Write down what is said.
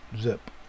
zip